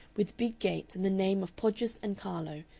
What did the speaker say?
with big gates and the name of podgers and carlo,